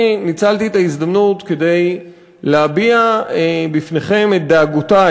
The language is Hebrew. אני ניצלתי את ההזדמנות כדי להביע בפניכם את דאגותי